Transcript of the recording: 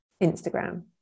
instagram